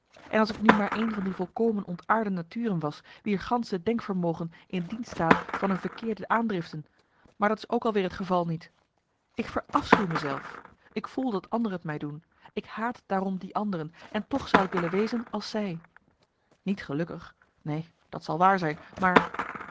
en als ik nu maar een van die volkomen ontaarde naturen was wier gansche denkvermogen in dienst staat van hun verkeerde aandriften maar dat is ook al weer het geval niet ik verafschuw me zelf ik voel dat anderen t mij doen ik haat daarom die anderen en toch zou ik willen wezen als zij niet gelukkig neen dat zal waar zijn maar